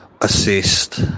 assist